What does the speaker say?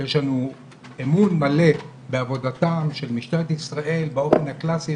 יש לנו אמון מלא בעבודתה של משטרת ישראל באופן הקלאסי,